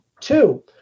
Two